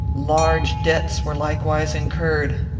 large debts were likewise incurred.